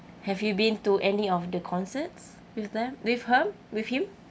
have you been to any of the concerts with them with her with him